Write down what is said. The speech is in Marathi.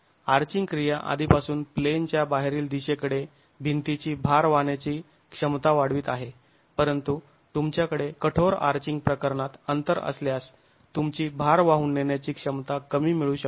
आर्चिंग क्रिया आधीपासून प्लेनच्या बाहेरील दिशेकडे भिंतीची भार वाहण्याची क्षमता वाढवीत आहे परंतु तुमच्याकडे कठोर आर्चिंग प्रकरणात अंतर असल्यास तुमची भार वाहून नेण्याची क्षमता कमी मिळू शकते